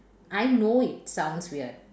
I know it sounds weird